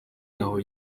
naho